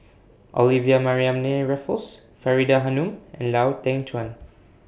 Olivia Mariamne Raffles Faridah Hanum and Lau Teng Chuan